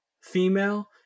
female